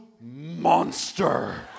monster